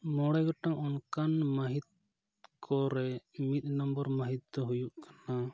ᱢᱚᱬᱮ ᱜᱚᱴᱟᱝ ᱚᱱᱠᱟᱱ ᱢᱟᱦᱤᱛ ᱠᱚᱨᱮ ᱢᱤᱫ ᱱᱚᱢᱵᱚᱨ ᱢᱟᱹᱦᱤᱛ ᱫᱚ ᱦᱩᱭᱩᱜ ᱠᱟᱱᱟ